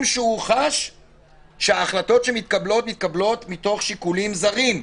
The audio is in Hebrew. שהוא חש שההחלטות שמתקבלות מתקבלות מתוך שיקולים זרים.